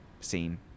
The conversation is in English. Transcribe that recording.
scene